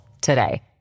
today